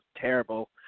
terrible